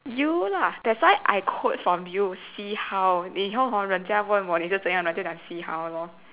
you lah that's why I quote from you see how 你以后 hor 人家问我你怎样我就讲 see how lor